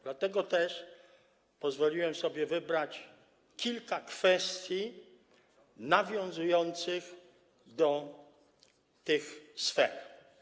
Dlatego też pozwoliłem sobie wybrać kilka kwestii nawiązujących do tych sfer.